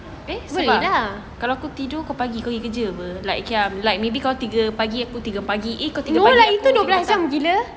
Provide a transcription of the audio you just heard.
sebab kalau aku tidur kau pagi pergi kerja dah like okay like K lah maybe kau tiga pagi aku tiga pagi eh kau tiga pagi aku tiga petang